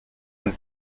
ein